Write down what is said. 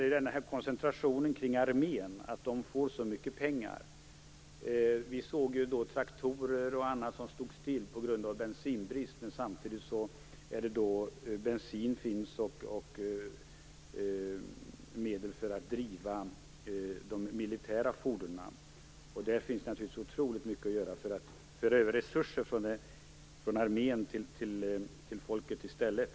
Det är ju en koncentration kring armén, som får så mycket pengar. Vi såg traktorer och annat som stod stilla på grund av bensinbrist, men samtidigt finns bensin och drivmedel för de militära fordonen. Här finns naturligtvis otroligt mycket att göra för att föra över resurser från armén till folket.